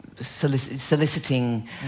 soliciting